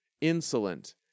insolent